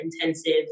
intensive